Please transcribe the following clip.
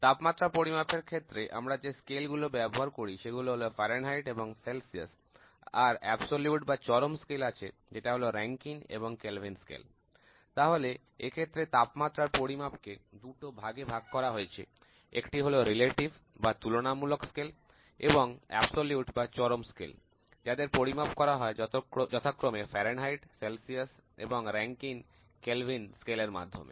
তাপমাত্রা পরিমাপের ক্ষেত্রে আমরা যে স্কেল গুলো ব্যবহার করি সেগুলো হলো ফারেনহাইট এবং সেলসিয়াস আর চরম স্কেল আছে যেটা হলো Rankine এবং Kelvin স্কেল তাহলে এক্ষেত্রে তাপমাত্রার পরিমাপ কে দুটো ভাগে ভাগ করা হয়েছে একটি হল relative বা তুলনামূলক স্কেল এবং চরম স্কেল যাদের পরিমাপ করা হয় যথাক্রমে Fahrenheit Celsius এবং Rankine Kelvin স্কেল এর মাধ্যমে